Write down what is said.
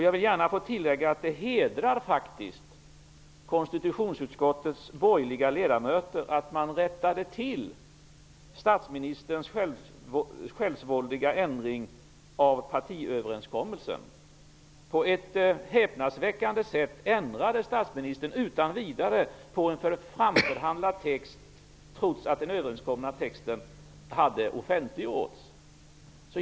Jag vill gärna tillägga att det hedrar konstitutionsutskottets borgerliga ledamöter att de rättade till statsministerns självsvåldiga ändring av partiöverenskommelsen. På ett häpnadsväckande sätt ändrade statsministern utan vidare på en framförhandlad text, trots att den överenskomna texten hade offentliggjorts.